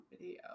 video